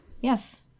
Yes